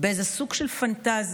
באיזה סוג של פנטזיה.